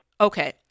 Okay